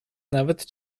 nawet